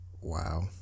wow